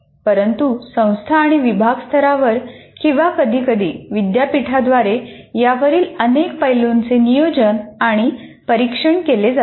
परंतु संस्था आणि विभाग स्तरावर किंवा कधीकधी विद्यापीठाद्वारे यावरील अनेक पैलूंचे नियोजन व परीक्षण केले जाते